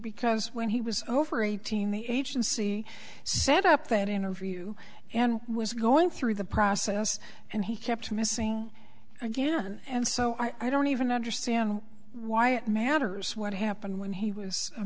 because when he was over eighteen the agency set up that interview and was going through the process and he kept missing again and so i don't even understand why it matters what happened when he was a